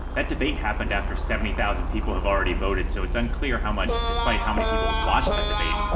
that debate happened after seventy thousand people had already voted. so it's unclear how much despite how many people watched that debate,